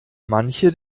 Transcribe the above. manche